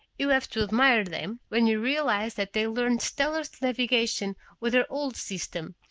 you have to admire them, when you realize that they learned stellar navigation with their old system,